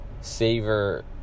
savor